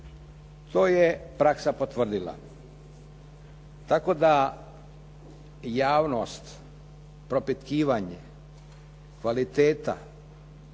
To je praksa potvrdila. Tako da javnost propitkivanje, kvaliteta,